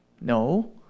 no